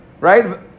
right